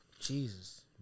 Jesus